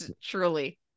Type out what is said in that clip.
Truly